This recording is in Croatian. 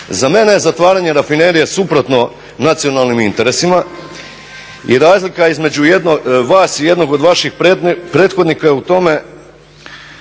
Za mene je zatvaranje rafinerije suprotno nacionalnim interesima i razlika između vas i jednog od vaših prethodnika je u tome